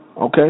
Okay